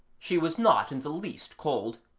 she was not in the least cold.